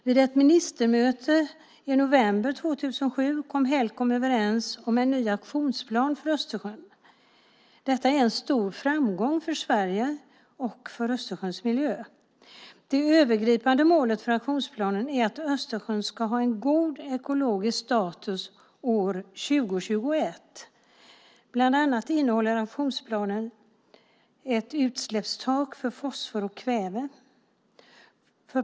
Vid ett ministermöte i november 2007 kom Helcom överens om en ny aktionsplan för Östersjön. Detta är en stor framgång för Sverige och för Östersjöns miljö. Det övergripande målet för aktionsplanen är att Östersjön ska ha god ekologisk status år 2021. Bland annat innehåller aktionsplanen ett utsläppstak för fosfor och kväve.